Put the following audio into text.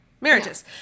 marriages